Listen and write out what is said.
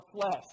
flesh